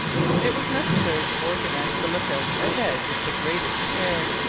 it was necessary to organize the look-out ahead with the greatest care.